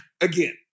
Again